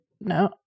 No